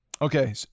okay